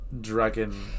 Dragon